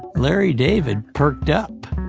larry david perked up.